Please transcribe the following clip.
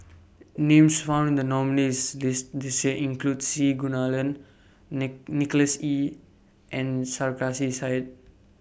Names found in The nominees' list This Year include C Kunalan Nick Nicholas Ee and Sarkasi Said